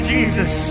Jesus